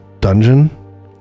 dungeon